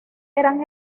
eran